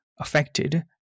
Affected